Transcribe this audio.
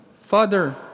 Father